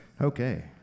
Okay